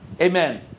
Amen